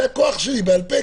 הכוח שלי יהיה בעל-פה.